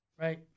Right